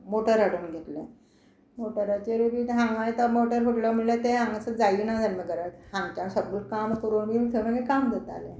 motor हाडून घेतलें मोटराचेरूय बी तें हांगाय तो मोटर फुटलो म्हळ्ळ्या तें हांगासर जालें ना जालें माय घरात हांगच्यान सगळो काम करून बीन थंय मागीर काम करतालें